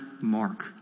mark